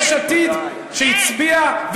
יש עתיד, שהצביעה?